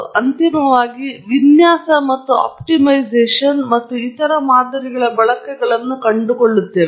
ಮತ್ತು ಅಂತಿಮವಾಗಿ ನಾವು ವಿನ್ಯಾಸ ಮತ್ತು ಆಪ್ಟಿಮೈಸೇಶನ್ ಮತ್ತು ಇನ್ನಿತರ ಮಾದರಿಗಳ ಬಳಕೆಗಳನ್ನು ಕಂಡುಕೊಳ್ಳುತ್ತೇವೆ